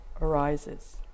arises